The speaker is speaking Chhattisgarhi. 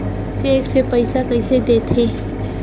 चेक से पइसा कइसे देथे?